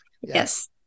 Yes